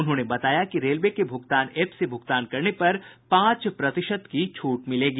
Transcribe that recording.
उन्होंने बताया कि रेलवे के भूगतान ऐप से भूगतान करने पर पांच प्रतिशत की छूट मिलेगी